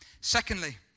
Secondly